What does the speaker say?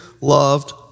loved